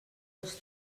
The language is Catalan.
dos